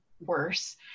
worse